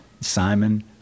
Simon